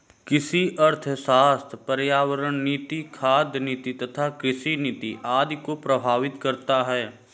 कृषि अर्थशास्त्र पर्यावरण नीति, खाद्य नीति तथा कृषि नीति आदि को प्रभावित करता है